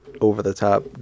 over-the-top